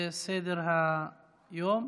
סדר-היום: